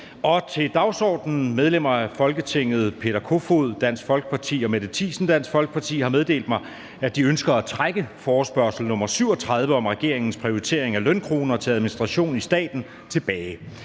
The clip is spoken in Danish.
www.folketingstidende.dk. Medlemmer af Folketinget Peter Kofod (DF) og Mette Thiesen (DF) har meddelt mig, at de ønsker at trække forespørgsel nr. F 37 om regeringens prioritering af lønkroner til administration i staten tilbage.